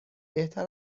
بهتر